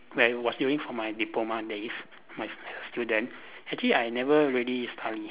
like was during from my diploma days my student actually I never really study